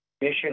mission